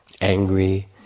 angry